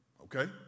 Okay